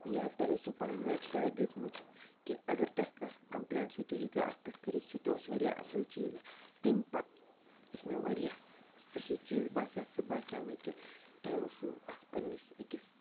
یا تۄہہِ اوسوٕ پَنٕنۍ ویٚب سایٹ دِژمٕژ کہِ اگر تۄہہِ کانٛہہ کَمپلینٛٹ چھُو تُہۍ ہیٚکو اَتھ پیٚٹھ کٔرِتھ سُہ تہِ اوس واریاہ اَصٕل چیٖز تَمہِ پَتہٕ یُس مےٚ واریاہ صحی چیٖز باسیٚو سُہ باسیٚو مےٚ کہِ تۄہہِ اَوسوٕ اَتھ پَنٕنِس أکِس